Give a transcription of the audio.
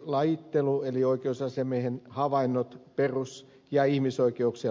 lajittelu eli oikeusasiamiehen havainnot perus ja ihmisoikeuksien laillisuusvalvonnassa